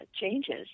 changes